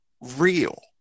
real